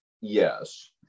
Yes